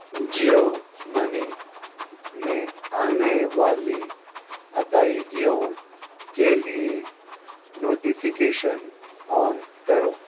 Jio money میں آنے والی ادائیگیوں کے لیے نوٹیفیکیشن آن کرو